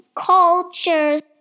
cultures